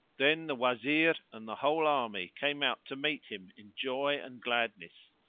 then the wazir and the whole army came out to meet him in joy and gladness,